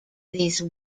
these